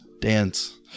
dance